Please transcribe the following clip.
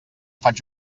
faig